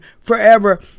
forever